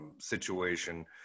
situation